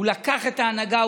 הוא לקח את ההנהגה,